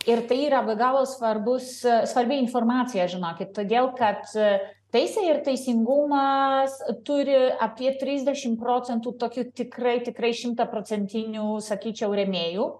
ir tai yra be galo svarbus svarbi informacija žinokit todėl kad teisė ir teisingumas turi apie trisdešim procentų tokių tikrai tikrai šimtaprocentinių sakyčiau rėmėjų